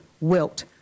Wilt